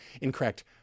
incorrect